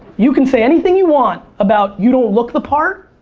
you can say anything you want about you don't look the part.